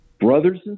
Brothers